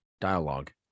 dialogue